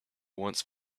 once